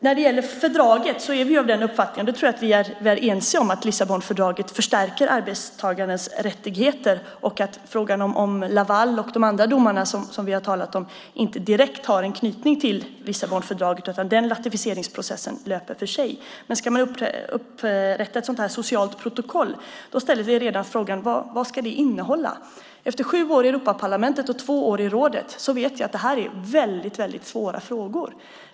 När det gäller fördraget är vi av den uppfattningen - det tror jag att vi är ense om - att Lissabonfördraget förstärker arbetstagarens rättigheter och att frågan om Lavaldomen och de andra domarna som vi har talat om inte direkt har en knytning till Lissabonfördraget. Den ratificeringsprocessen löper för sig. Men om man ska upprätta ett sådant socialt protokoll ställer vi redan frågan: Vad ska det innehålla? Efter sju år i Europaparlamentet och två år i rådet vet jag att detta är väldigt svåra frågor.